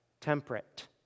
temperate